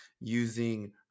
using